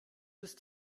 ist